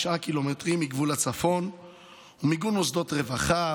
קילומטרים מגבול הצפון ומיגון מוסדות רווחה,